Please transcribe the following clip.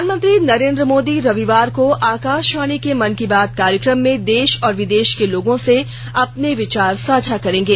प्रधानमंत्री नरेन्द्र मोदी रविवार को आकाशवाणी के मन की बात कार्यक्रम में देश और विदेश के लोगों से अपने विचार साझा करेंगे